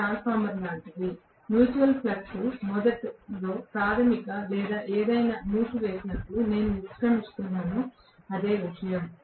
ఇది ట్రాన్స్ఫార్మర్ లాంటిది mutual flux మొదట్లో ప్రాధమిక లేదా ఏది మూసివేసేటప్పుడు నేను నిష్క్రమిస్తున్నానో అదే విషయం